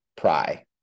pry